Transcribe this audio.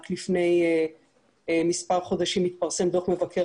רק לפני מספר חודשים התפרסם דוח מבקר